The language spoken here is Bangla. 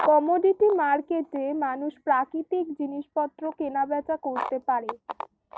কমোডিটি মার্কেটে মানুষ প্রাকৃতিক জিনিসপত্র কেনা বেচা করতে পারে